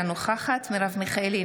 אינה נוכחת מרב מיכאלי,